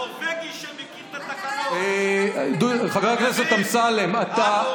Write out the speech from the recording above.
הנורבגי שמכיר את התקנון, אתה מבין?